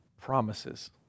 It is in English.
Promises